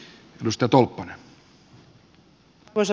arvoisa puhemies